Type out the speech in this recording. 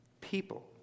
People